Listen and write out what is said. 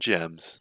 Gems